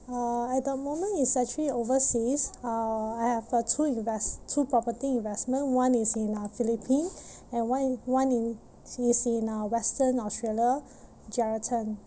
uh at the moment it's actually overseas uh I have uh two invest~ two property investment one is in uh Philippine and one in one in is in uh western Australia Geraldton